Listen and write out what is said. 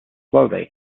slowly